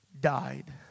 died